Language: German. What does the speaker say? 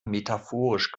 metaphorisch